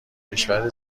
کشور